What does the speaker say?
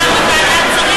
הייתה הצבעה בוועדת שרים,